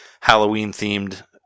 Halloween-themed